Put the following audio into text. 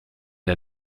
der